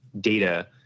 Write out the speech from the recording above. data